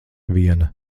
viena